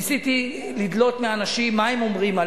ניסיתי לדלות מהאנשים, מה הם אומרים.